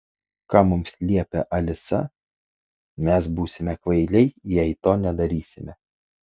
ką mums liepia alisa mes būsime kvailiai jei to nedarysime